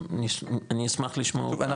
אז אני אשמח לשמוע אותם.